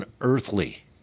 unearthly